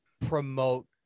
promote